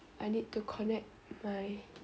I need to connect my